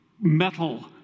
metal